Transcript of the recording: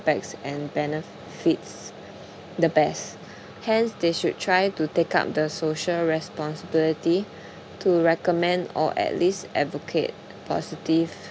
and benefits the best hence they should try to take up the social responsibility to recommend or at least advocate positive